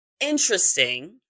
interesting